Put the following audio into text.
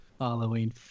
Halloween